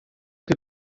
che